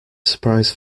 surprise